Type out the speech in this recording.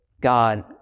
God